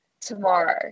tomorrow